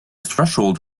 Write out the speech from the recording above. threshold